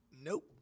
Nope